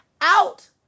out